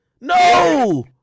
No